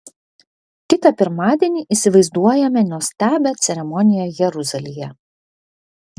kitą pirmadienį įsivaizduojame nuostabią ceremoniją jeruzalėje